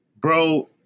Bro